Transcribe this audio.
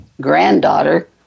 granddaughter